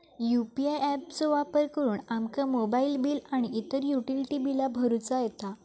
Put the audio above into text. UPI app चो वापर करुन आमका मोबाईल बिल आणि इतर युटिलिटी बिला भरुचा येता